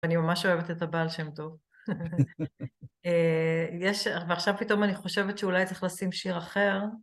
ואני ממש אוהבת את הבעל שם טוב. ועכשיו פתאום אני חושבת שאולי צריך לשים שיר אחר.